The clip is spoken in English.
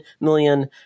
million